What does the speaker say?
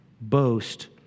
boast